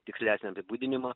tikslesnio apibūdinimo